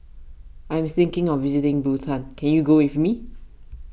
I am thinking of visiting Bhutan can you go with me